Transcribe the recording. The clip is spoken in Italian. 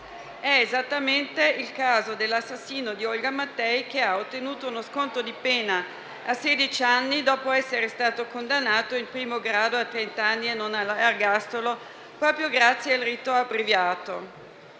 È esattamente il caso dell'assassino di Olga Matei, che ha ottenuto uno sconto di pena a sedici anni, dopo essere stato condannato in primo grado a trent'anni e non all'ergastolo proprio grazie al rito abbreviato.